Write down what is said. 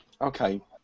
okay